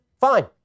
Fine